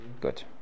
good